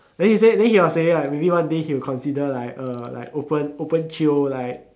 then he say then he was saying right maybe one day he will consider like uh a like open open jio like